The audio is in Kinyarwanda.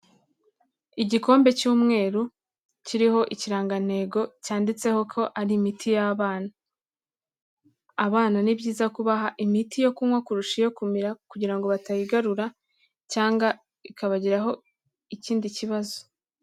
Igikombe cy'umweru kiriho ikirangantego cyanditseho ko ari imiti y'abana, abana ni byiza kubaha imiti yo kunywa kurusha iyo kumira kugira batayigarura cyangwa ikabagiraho ikindi kibazo.